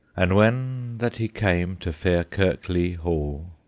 and when that he came to fair kirkley-hall,